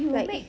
like